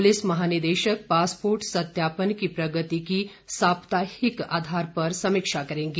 police महानिदेशक passport सत्यापन की प्रगति की साप्ताहिक आधार पर समीक्षा करेंगे